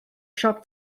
siop